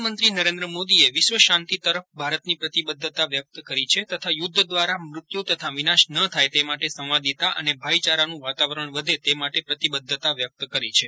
પ્રધાનમંત્રી નરેન્દ્ર મોદીએ વિશ્વ શાંતિ તરફ ભારતની પ્રતિબદ્ધતા વ્યક્ત કરી છે તથા યુદ્ધ દ્વારા મૃત્યુ તથા વિનાશ ન થાય તે માટે સંવાદિતા અને ભાઈચારાનું વાતાવરજ્ઞ વધે તે માટે પ્રતિબદ્ધતા વ્યક્ત કરી છે